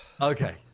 okay